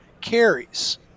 carries